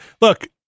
Look